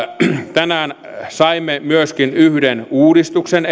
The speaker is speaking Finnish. tänään saimme eteenpäin myöskin yhden uudistuksen